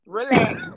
relax